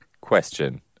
question